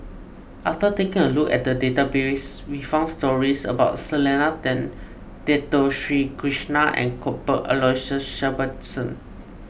after taking a look at the database we found stories about Selena Tan Dato Sri Krishna and Cuthbert Aloysius Shepherdson